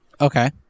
Okay